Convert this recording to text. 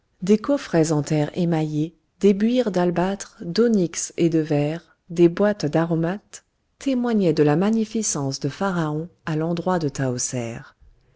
des coffrets en terre émaillée des buires d'albâtre d'onyx et de verre des boîtes d'aromates témoignaient de la magnificence de pharaon à l'endroit de